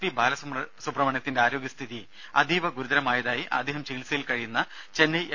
P ബാലസുബ്രഹ്മണ്യത്തിന്റെ ആരോഗ്യസ്ഥിതി അതീവ ഗുരുതരമായതായി അദ്ദേഹം ചികിത്സയിൽ കഴിയുന്ന ചെന്നൈ എം